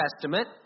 Testament